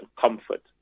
comfort